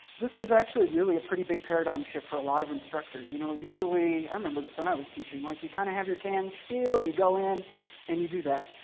this is actually really a pretty big paradigm shift for a lot of instructors. you know i remember this when i was teaching. like you kind of have your canned spiel. you go in and you do that.